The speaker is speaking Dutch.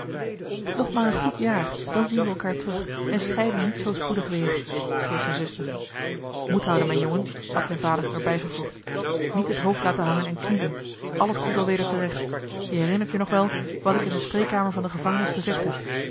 nog maar een goed jaar dan zien we elkaar terug en scheiden niet zoo spoedig weer schreef zijne zuster moed houden mijn jongen had zijn vader er bij gevoegd niet het hoofd laten hangen en kniezen alles komt wel weder te recht je herinnert je nog wel wat ik in de spreekkamer van de gevangenis gezegd heb